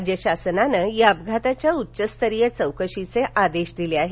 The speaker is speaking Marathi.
राज्य शासनानं या अपघाताच्या उच्च स्तरीय चौकशीचे आदेश दिले आहेत